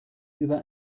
über